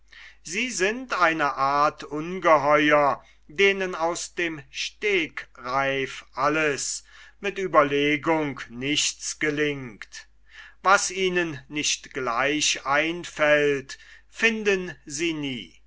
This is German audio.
sie sind eine art ungeheuer denen aus dem stegreif alles mit ueberlegung nichts gelingt was ihnen nicht gleich einfällt finden sie nie